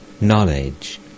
knowledge